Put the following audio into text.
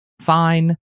fine